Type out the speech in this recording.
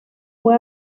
fue